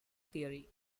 theory